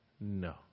no